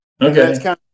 Okay